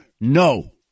no